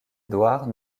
édouard